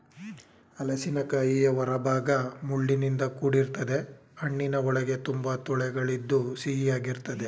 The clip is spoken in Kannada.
ಹಲಸಿನಕಾಯಿಯ ಹೊರಭಾಗ ಮುಳ್ಳಿನಿಂದ ಕೂಡಿರ್ತದೆ ಹಣ್ಣಿನ ಒಳಗೆ ತುಂಬಾ ತೊಳೆಗಳಿದ್ದು ಸಿಹಿಯಾಗಿರ್ತದೆ